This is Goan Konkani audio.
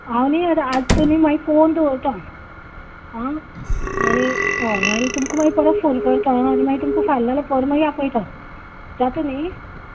हांव न्ही आतां आस मागीर पळोवन दवरतां आं आनी हय आनी तुमकां परत फोन करता मागीर तुमका फाल्यां नाल्यार पोरवां आपयतां जाता न्ही